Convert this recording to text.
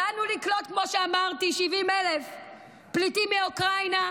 כמו שאמרתי, ידענו לקלוט 70,000 פליטים מאוקראינה,